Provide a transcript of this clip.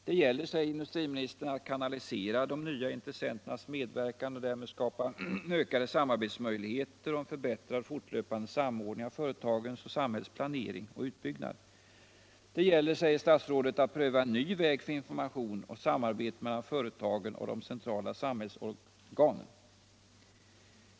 Det gäller, säger industriministern, att kanalisera de nya intressenternas medverkan och därmed skapa ökade samarbetsmöjligheter och en förbättrad och fortlöpande samordning av företagens och samhällets planering och utbyggnad. Det gäller, säger statsrådet, att pröva en ny väg för information och samarbete mellan företagen och de centrala samhällsorganen.